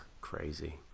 Crazy